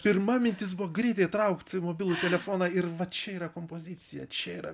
pirma mintis buvo greitai traukt mobilųjį telefoną ir va čia yra kompozicija čia yra